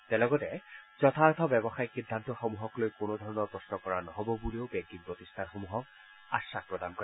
তেওঁ লগতে যথাৰ্থ ব্যৱসায়ীক সিদ্ধান্তসমূহক লৈ কোনো ধৰণৰ প্ৰশ্ন কৰা নহব বুলিও বেংকি প্ৰতিষ্ঠানসমূহক আশ্বাস প্ৰদান কৰে